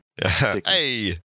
Hey